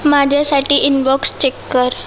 माझ्यासाठी inbox check कर